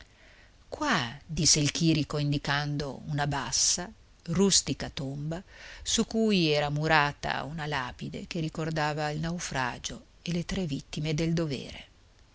qua disse il chìrico indicando una bassa rustica tomba su cui era murata una lapide che ricordava il naufragio e le tre vittime del dovere